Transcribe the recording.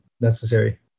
necessary